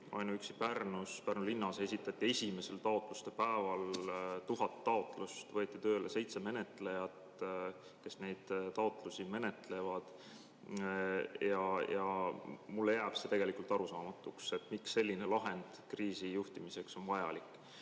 Ainuüksi Pärnu linnas esitati esimesel taotluste päeval tuhat taotlust. Selleks võeti tööle seitse menetlejat, kes neid taotlusi menetlevad. Mulle jääb see tegelikult arusaamatuks, miks selline lahend kriisi juhtimiseks on vajalik.